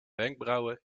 wenkbrauwen